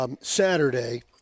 Saturday